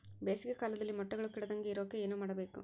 ಬೇಸಿಗೆ ಕಾಲದಲ್ಲಿ ಮೊಟ್ಟೆಗಳು ಕೆಡದಂಗೆ ಇರೋಕೆ ಏನು ಮಾಡಬೇಕು?